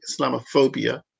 Islamophobia